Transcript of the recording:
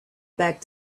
back